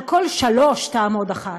על כל שלוש תעמוד אחת,